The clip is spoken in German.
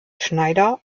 schneider